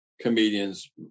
comedians